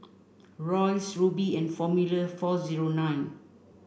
Royce Rubi and Formula four zero nine